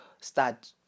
start